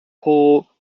paul